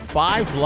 five